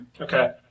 Okay